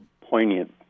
poignant